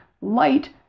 light